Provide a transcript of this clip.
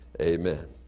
amen